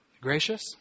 Gracious